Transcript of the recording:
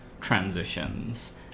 transitions